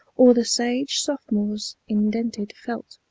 or the sage sophomore's indented felt.